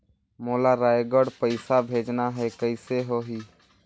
मोला रायगढ़ पइसा भेजना हैं, कइसे होही?